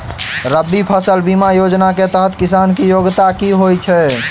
रबी फसल बीमा योजना केँ तहत किसान की योग्यता की होइ छै?